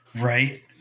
Right